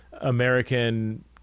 American